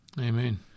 Amen